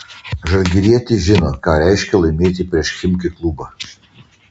žalgirietis žino ką reiškia laimėti prieš chimki klubą